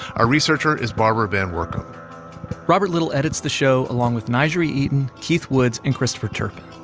our researcher is barbara van woerkom robert little edits the show, along with n'jeri eaton, keith woods and christopher turpin.